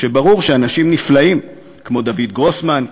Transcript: כשברור שאנשים נפלאים כמו דויד גרוסמן,